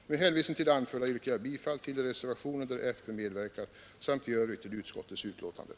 Med hänvisning till det anförda yrkar jag bifall till de reservationer där folkpartiet medverkar samt i övrigt till utskottets hemställan.